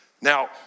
Now